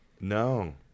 No